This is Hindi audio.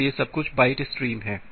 इसलिए सब कुछ बाइट स्ट्रीम है